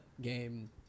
game